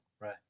Right